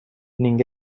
ning